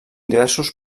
diversos